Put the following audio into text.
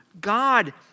God